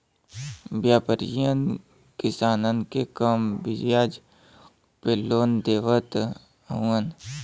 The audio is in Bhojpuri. व्यापरीयन किसानन के कम बियाज पे लोन देवत हउवन